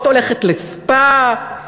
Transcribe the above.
הולכת לספא,